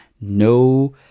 no